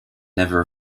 never